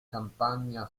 campagna